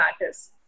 matters